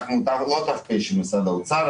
של משרד האוצר.